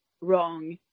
wrong